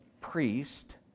priest